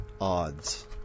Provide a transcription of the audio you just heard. odds